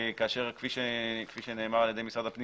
כאשר כפי שנאמר על ידי משרד הפנים